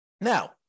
Now